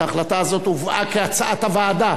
וההחלטה הזאת הובאה כהצעת הוועדה